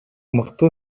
мыкты